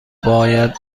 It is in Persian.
باید